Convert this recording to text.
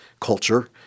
culture